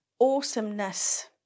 awesomeness